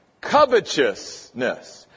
covetousness